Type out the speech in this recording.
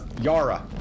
Yara